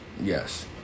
Yes